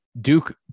Duke